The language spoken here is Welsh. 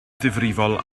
ddifrifol